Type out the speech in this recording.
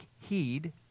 heed